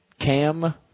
Cam